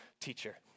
teacher